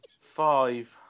Five